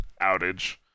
outage